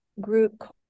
group